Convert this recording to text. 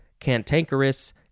Cantankerous